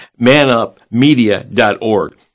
manupmedia.org